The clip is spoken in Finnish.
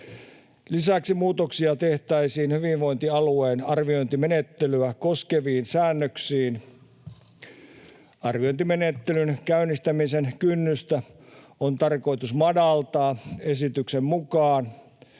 Lisäksi muutoksia tehtäisiin hyvinvointialueen arviointimenettelyä koskeviin säännöksiin. Arviointimenettelyn käynnistämisen kynnystä on tarkoitus madaltaa esityksen mukaan.